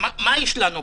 מה יש לנו פה?